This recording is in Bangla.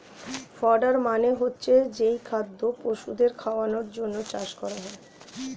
ফডার মানে হচ্ছে যেই খাদ্য পশুদের খাওয়ানোর জন্যে চাষ করা হয়